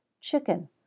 Chicken